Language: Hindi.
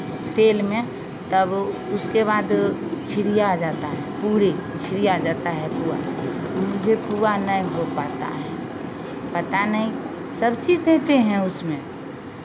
तेल में तब उसके बाद छिरिया जाता है पूरे छिरिया जाता है पुआ मुझे पुआ नहीं हो पाता है पता नहीं सब चीज़ देते हैं उसमें